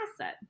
asset